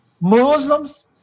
Muslims